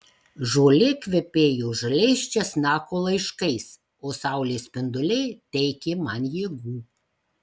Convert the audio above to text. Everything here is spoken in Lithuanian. žolė kvepėjo žaliais česnako laiškais o saulės spinduliai teikė man jėgų